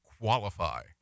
qualify